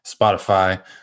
Spotify